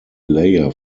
layer